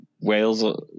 Wales